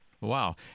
Wow